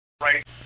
right